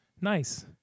Nice